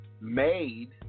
made